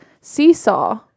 seesaw